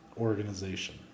organization